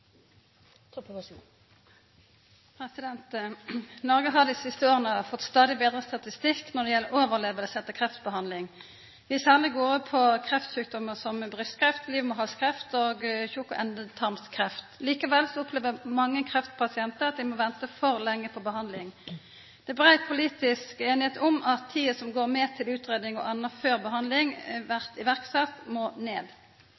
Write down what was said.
status. Noreg har dei siste åra fått stadig betre statistikk når det gjeld overleving etter kreftbehandling. Det går særleg på kreftsjukdomar som brystkreft, livmorhalskreft og tjukk- og endetarmskreft. Likevel opplever mange kreftpasientar at dei må venta for lenge på behandling. Det er brei politisk einigheit om at tida som går med til utgreiing og anna før behandling blir sett i verk, må ned.